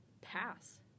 pass